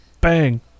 Bang